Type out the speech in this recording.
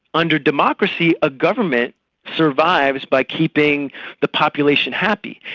under democracy, a government survives by keeping the population happy,